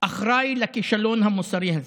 אחראי לכישלון המוסרי הזה.